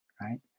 right